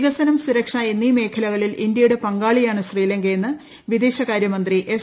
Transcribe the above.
വികസനം സുരക്ഷ എന്നീ മേഖലകളിൽ ഇന്ത്യയുടെ പങ്കാളിയാണ് ശ്രീലങ്കയെന്ന് വിദേശകാര്യമന്ത്രി എസ്